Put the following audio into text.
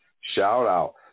shout-out